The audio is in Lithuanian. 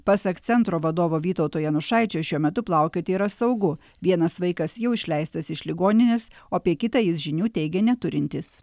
pasak centro vadovo vytauto janušaičio šiuo metu plaukioti yra saugu vienas vaikas jau išleistas iš ligoninės o apie kitą jis žinių teigė neturintis